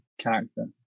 character